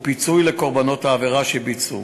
ופיצוי לקורבנות העבירה שביצעו.